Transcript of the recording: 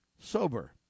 sober